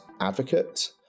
advocate